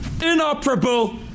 Inoperable